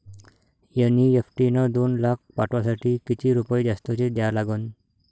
NEFT न दोन लाख पाठवासाठी किती रुपये जास्तचे द्या लागन?